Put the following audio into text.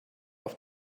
auf